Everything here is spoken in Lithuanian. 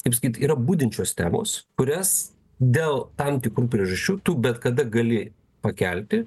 kaip sakyt yra budinčios temos kurias dėl tam tikrų priežasčių tu bet kada gali pakelti